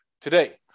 today